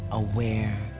aware